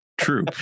true